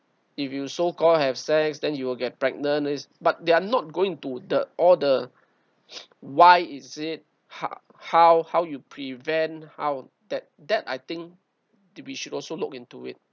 if you so call have sex then you will get pregnant is but they're not going to the all the why is it how how how you prevent how that that I think to we should also look into it